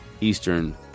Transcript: Eastern